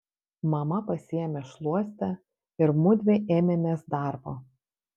mama pasiėmė šluostę ir mudvi ėmėmės darbo